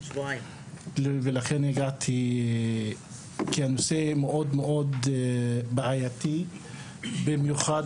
ולכן הגעתי כי הנושא מאוד מאוד בעייתי במיוחד